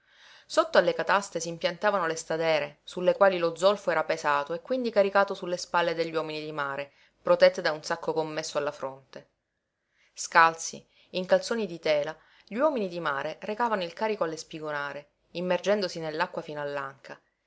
sotto alle cataste s'impiantavano le stadere sulle quali lo zolfo era pesato e quindi caricato sulle spalle degli uomini di mare protette da un sacco commesso alla fronte scalzi in calzoni di tela gli uomini di mare recavano il carico alle spigonare immergendosi nell'acqua fino